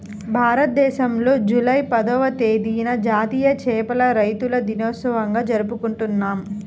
భారతదేశంలో జూలై పదవ తేదీన జాతీయ చేపల రైతుల దినోత్సవంగా జరుపుకుంటున్నాం